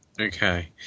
Okay